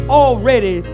already